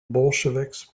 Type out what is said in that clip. bolsheviks